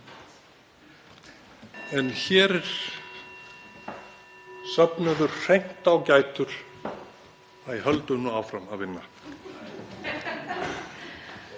En hér er söfnuður hreint ágætur. Höldum áfram að vinna.